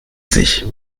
sich